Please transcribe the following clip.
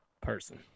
person